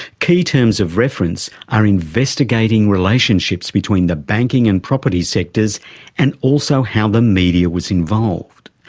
key terms of reference are investigating relationships between the banking and property sectors and also how the media was involved.